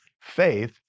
faith